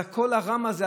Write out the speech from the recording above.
אז הקול הרם הזה,